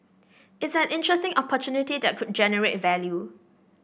it's an interesting opportunity that could generate value